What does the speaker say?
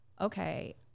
okay